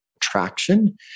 traction